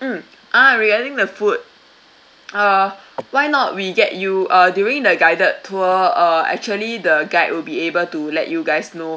mm ah regarding the food uh why not we get you uh during the guided tour uh actually the guide will be able to let you guys know